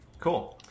Cool